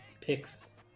picks